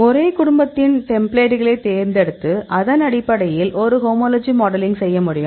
ஒரே குடும்பத்தின் டெம்ப்ளேட்டுகளை தேர்ந்தெடுத்து அதனடிப்படையில் ஒரு ஹோமோலஜி மாடலிங் செய்ய முடியும்